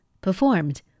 performed